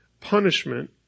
Punishment